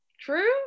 True